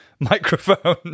microphone